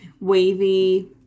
wavy